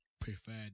preferred